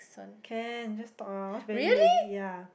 can just talk ah what's very lame ya